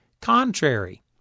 contrary